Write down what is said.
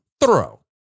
thorough